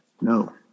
No